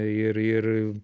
ir ir